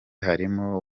harimo